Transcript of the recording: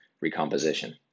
recomposition